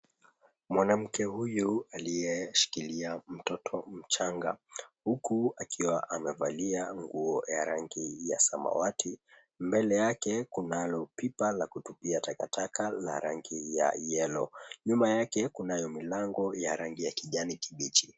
Mwanamke huyu aliyeshikiliia mtoto mchanga huku akiwa amevalia nguo ya rangi ya samawati, mbele yake kunalo pipa la kutupia takataka la rangi ya yellow . Nyuma yake kunayo milango ya rangi ya kijani kibichi.